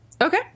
Okay